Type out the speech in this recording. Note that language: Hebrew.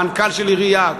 מנכ"ל של עירייה,